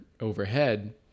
overhead